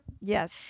yes